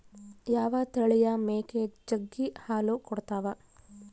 ಯಾವ ತಳಿಯ ಮೇಕೆ ಜಗ್ಗಿ ಹಾಲು ಕೊಡ್ತಾವ?